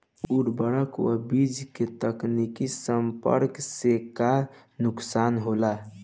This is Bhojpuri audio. उर्वरक व बीज के तत्काल संपर्क से का नुकसान होला?